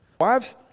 Wives